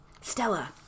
stella